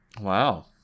Wow